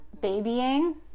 Babying